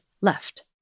Left